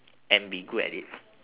and be good at it